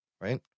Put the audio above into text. Right